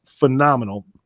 phenomenal